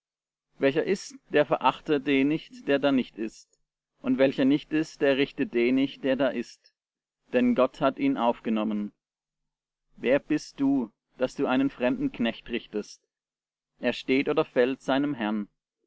welcher ißt der verachte den nicht der da nicht ißt und welcher nicht ißt der richte den nicht der da ißt denn gott hat ihn aufgenommen wer bist du daß du einen fremden knecht richtest er steht oder fällt seinem herrn